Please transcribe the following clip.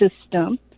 system